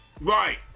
Right